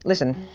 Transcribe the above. listen,